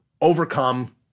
overcome